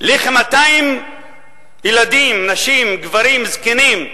לכ-200 ילדים, נשים, גברים, זקנים,